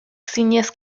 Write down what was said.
zinez